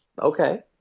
Okay